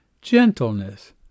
gentleness